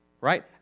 right